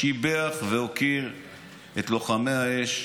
שיבח והוקיר את לוחמי האש